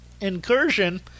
incursion